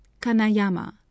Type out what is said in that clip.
Kanayama